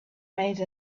made